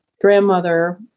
grandmother